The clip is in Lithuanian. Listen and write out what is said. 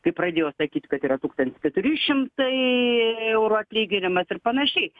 kai pradėjo sakyt kad yra tūkstantis keturi šimtai eurų atlyginimas ir panašiai